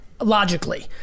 Logically